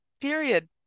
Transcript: period